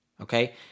Okay